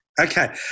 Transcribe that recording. Okay